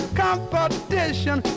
competition